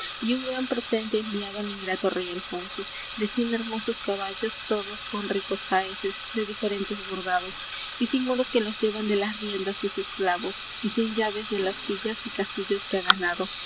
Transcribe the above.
un gran presente ha enviado al ingrato rey alfonso de cien hermosos caballos todos con ricos jaeces de diferentes bordados y cien moros que los llevan de las riendas sus esclavos y cien llaves de las villas y castillos que ha ganado